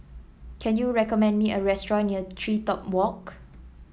can you recommend me a restaurant near TreeTop Walk